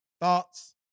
thoughts